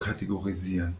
kategorisieren